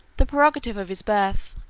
the prerogative of his birth,